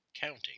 Counting